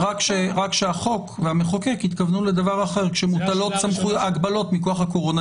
שהחוק והמחוקק התכוונו לדבר אחר כשמוטלות הגבלות מכוח הקורונה,